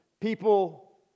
people